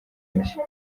mushya